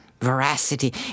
Veracity